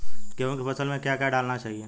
गेहूँ की फसल में क्या क्या डालना चाहिए?